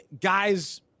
guys